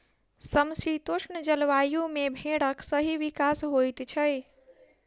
समशीतोष्ण जलवायु मे भेंड़क सही विकास होइत छै